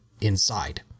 inside